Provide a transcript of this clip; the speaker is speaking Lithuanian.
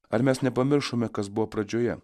ar mes nepamiršome kas buvo pradžioje